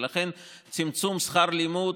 ולכן צמצום שכר הלימוד